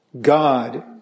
God